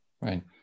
right